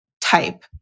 type